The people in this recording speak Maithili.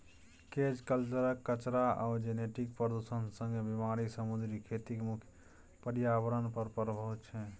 केज कल्चरक कचरा आ जेनेटिक प्रदुषण संगे बेमारी समुद्री खेतीक मुख्य प्रर्याबरण पर प्रभाब छै